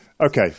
Okay